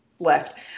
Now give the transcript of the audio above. left